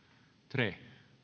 tre